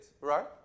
right